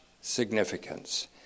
significance